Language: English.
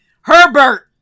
Herbert